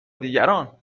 دیگران